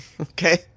Okay